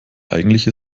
eigentlich